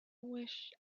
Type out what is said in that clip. wish